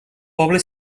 poble